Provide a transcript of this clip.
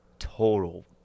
total